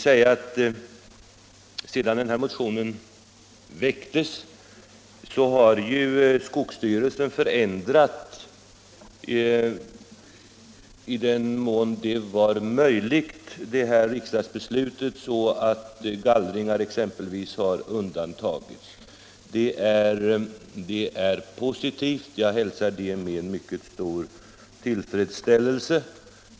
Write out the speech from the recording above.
Sedan den aktuella motionen väcktes har ju skogsstyrelsen förändrat —- i den mån det varit möjligt — riksdagsbeslutet så att exempelvis gallringar har undantagits. Det är positivt, och jag hälsar det med mycket stor tillfredsställelse.